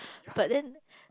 but then